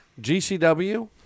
GCW